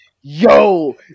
yo